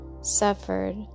suffered